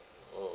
oh